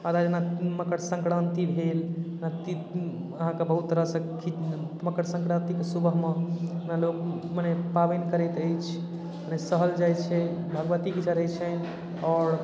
आधार जेना मकरसंक्रान्ति भेल अहाँके बहुत तरह सँ मकर संक्रान्ति के सुबह मे मने पाबनि करैत अछि मने सहल जाइ छै भगवती के चढ़ै छनि आओर